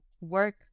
work